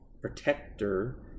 protector